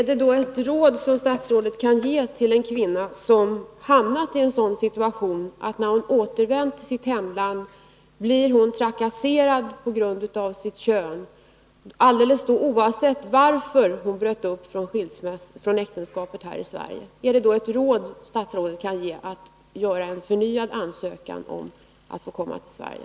Herr talman! Om en kvinna har hamnat i en sådan situation när hon återvänt till sitt hemland att hon blir trakasserad på grund av sitt kön, är det då ett råd som statsrådet kan ge denna kvinna — oavsett varför hon brutit upp från äktenskapet här i Sverige — att hon skall göra en förnyad ansökan om att få komma till Sverige?